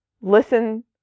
listen